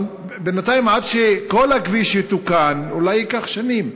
אבל בינתיים, עד שכל הכביש יתוקן אולי ייקח שנים.